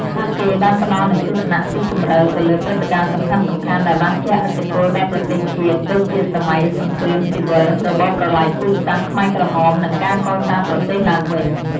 ពួកគេបានផ្តល់នូវ ទស្សនៈស៊ីជម្រៅ ទៅលើព្រឹត្តិការណ៍សំខាន់ៗដែលបានជះឥទ្ធិពលដល់ប្រទេសជាតិ ដូចជាសម័យសង្គ្រាមស៊ីវិល របបប្រល័យពូជសាសន៍ខ្មែរក្រហម និងការកសាងប្រទេសឡើងវិញ។